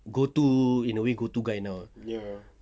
go to in a way go to guy you know